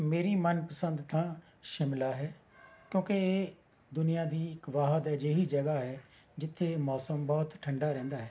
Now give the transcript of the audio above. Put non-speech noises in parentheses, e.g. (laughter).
ਮੇਰੀ ਮਨਪਸੰਦ ਥਾਂ ਸ਼ਿਮਲਾ ਹੈ ਕਿਉਂਕਿ ਇਹ ਦੁਨੀਆ ਦੀ ਇੱਕ (unintelligible) ਅਜਿਹੀ ਜਗ੍ਹਾ ਜਿੱਥੇ ਮੌਸਮ ਬਹੁਤ ਠੰਡਾ ਰਹਿੰਦਾ ਹੈ